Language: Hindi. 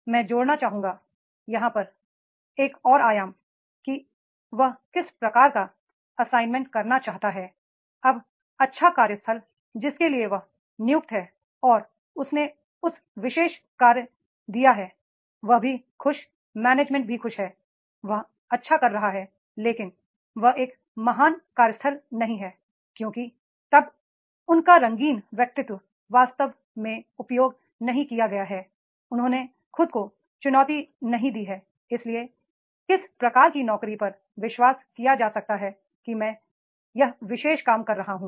मैं जोड़ना चाहूंगा यहाँ एक और आयाम है कि वह किस प्रकार का असाइनमेंट करना चाहता है अब अच्छा कार्यस्थल जिसके लिए वह नियुक्त है और उसने वह विशेष कार्य दिया है वह भी खुश मैनेजमेंट भी खुश है वह अच्छा कर रहा है लेकिन यह एक महान कार्यस्थल नहीं है क्योंकि तब उनका रंगीन व्यक्तित्व वास्तव में उपयोग नहीं किया गया है उन्होंने खुद को चुनौती नहीं दी है इसलिए किस प्रकार की नौकरी पर विश्वास किया जा सकता है कि मैं यह विशेष काम कर सकता हूं